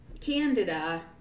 candida